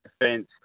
defence